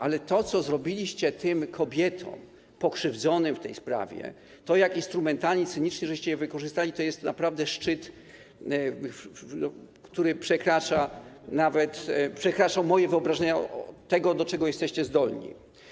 Ale to, co zrobiliście tym kobietom pokrzywdzonym w tej sprawie, to, jak instrumentalnie, cynicznie żeście je wykorzystali, to jest naprawdę szczyt, który przekracza nawet moje wyobrażenia o tym, do czego jesteście zdolni.